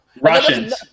Russians